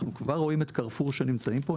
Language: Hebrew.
אנחנו כבר רואים את קרפור שנמצאים פה.